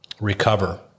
recover